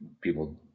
people